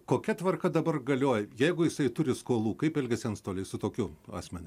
kokia tvarka dabar galioja jeigu jisai turi skolų kaip elgiasi antstoliai su tokiu asmeniu